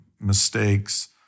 mistakes